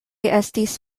estis